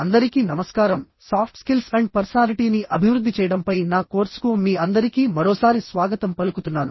అందరికీ నమస్కారం soft skills and పర్సనాలిటీని అభివృద్ధి చేయడంపై నా కోర్సుకు మీ అందరికీ మరోసారి స్వాగతం పలుకుతున్నాను